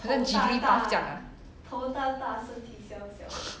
好像 jigglypuff 这样 ah